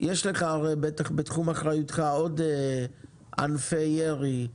יש לך הרי בטח בתחום אחריותך עוד ענפי ירי,